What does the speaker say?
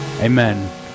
amen